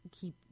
keep